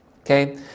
okay